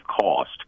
cost